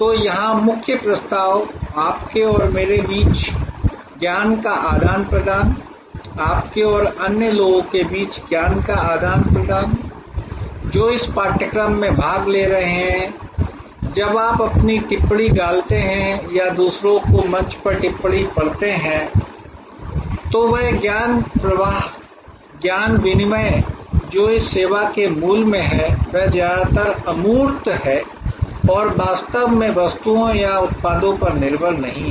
तो यहाँ मुख्य प्रस्ताव आपके और मेरे बीच ज्ञान का आदान प्रदान आपके और अन्य लोगों के बीच ज्ञान का आदान प्रदान जो इस पाठ्यक्रम में भाग ले रहे हैं जब आप अपनी टिप्पणी डालते हैं या दूसरों को मंच पर टिप्पणी पढ़ते हैं तो वह ज्ञान प्रवाह ज्ञान विनिमय जो इस सेवा के मूल में है वह ज्यादातर अमूर्त है और वास्तव में वस्तुओं या उत्पादों पर निर्भर नहीं है